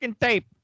tape